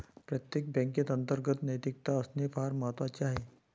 प्रत्येक बँकेत अंतर्गत नैतिकता असणे फार महत्वाचे आहे